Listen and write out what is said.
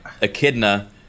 Echidna